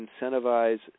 incentivize